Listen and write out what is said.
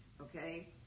Okay